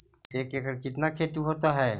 एक एकड़ कितना खेति होता है?